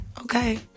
okay